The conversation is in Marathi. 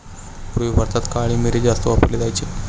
पूर्वी भारतात काळी मिरी जास्त वापरली जायची